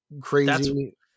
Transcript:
crazy